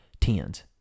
tens